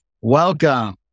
Welcome